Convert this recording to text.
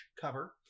cover